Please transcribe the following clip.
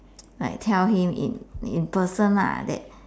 like tell him in in person lah that